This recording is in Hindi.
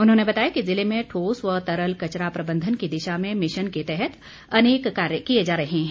उन्होंने बताया कि ज़िले में ठोस व तरल कचरा प्रबंधन की दिशा में मिशन के तहत अनेक कार्य किए जा रहे हैं